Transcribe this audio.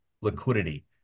liquidity